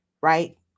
right